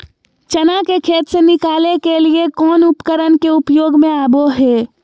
चना के खेत से निकाले के लिए कौन उपकरण के प्रयोग में आबो है?